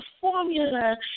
formula